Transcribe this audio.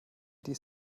dies